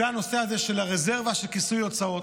זה הנושא של הרזרבה, של כיסוי הוצאות.